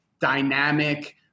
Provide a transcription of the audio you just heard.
dynamic –